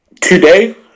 today